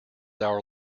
our